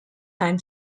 time